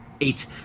eight